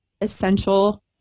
essential